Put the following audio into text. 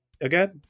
again